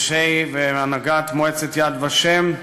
אנשי והנהגת מועצת "יד ושם"